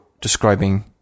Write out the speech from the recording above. describing